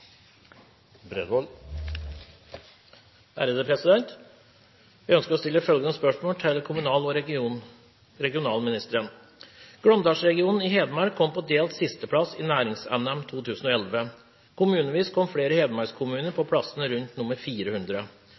kommunal- og regionalministeren: «Glåmdalsregionen i Hedmark kom på delt sisteplass i NæringsNM 2011. Kommunevis kom flere hedmarkskommuner på plassene rundt nr. 400.